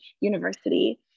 University